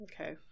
Okay